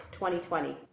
2020